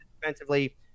defensively